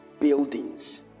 buildings